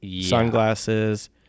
sunglasses